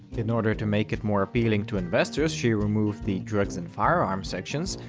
in order to make it more appealing to investors she removed the drugs and firearms sections,